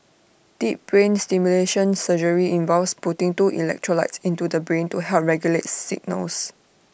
deep brain stimulation surgery involves putting two electrodes into the brain to help regulate the signals